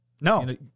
No